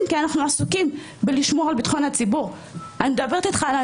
הרבה מאוד מהפגיעות שמתרחשות לשוטרים בזמן מילוי תפקידם לא מקבלות